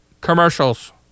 Commercials